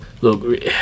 Look